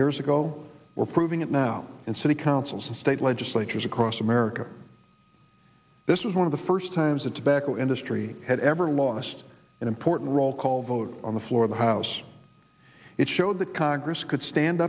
years ago we're proving it now and city councils and state legislatures across america this was one of the first times the tobacco industry had ever lost an important role call vote on the floor of the house it showed the congress could stand